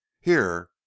Here